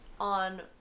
on